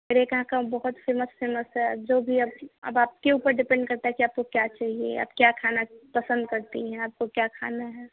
मेरे यहाँ का बहुत फेमस फेमस है जो भी आपकी अब आपके ऊपर डिपेंड करता है कि आपको क्या चाहिए आप क्या खाना पसंद करती हैं आपको क्या खाना है